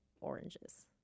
oranges